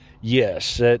Yes